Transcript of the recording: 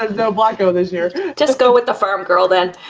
ah no black o this year. just go with the firm girl then.